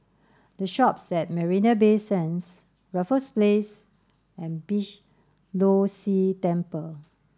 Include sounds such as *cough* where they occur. the Shoppes at Marina Bay Sands Raffles Place and Beeh *unintelligible* Low See Temple